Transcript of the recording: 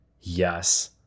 yes